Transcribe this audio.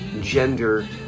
gender